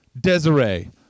desiree